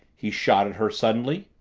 he shot at her suddenly.